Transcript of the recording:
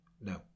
No